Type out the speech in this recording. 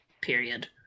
period